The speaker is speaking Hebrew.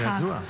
אבל זה ידוע.